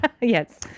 Yes